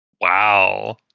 Wow